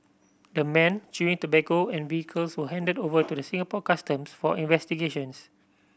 the men chewing tobacco and vehicles were handed over to the Singapore Customs for investigations